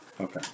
Okay